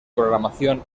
programación